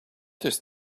just